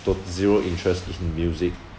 to~ zero interest in music